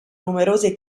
numerose